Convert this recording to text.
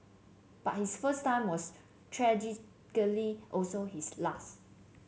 but his first time was tragically also his last